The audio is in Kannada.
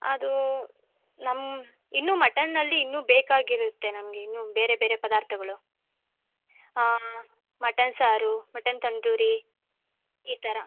ಅದು ನಮ್ಮ ಇನ್ನು ಮಟನ್ನಲ್ಲಿ ಇನ್ನೂ ಬೇಕಾಗಿರುತ್ತೆ ನಮಗೆ ಇನ್ನು ಬೇರೆ ಬೇರೆ ಪದಾರ್ಥಗಳು ಹಾಂ ಮಟನ್ ಸಾರು ಮಟನ್ ತಂದೂರಿ ಈ ಥರ